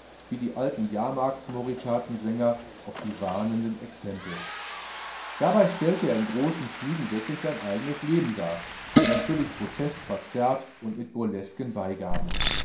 wie die alten jahrmarktsmorithatensänger auf die warnenden exempel dabei stellte er in großen zügen wirklich sein eigenes leben dar natürlich grotesk verzerrt und mit burlesken beigaben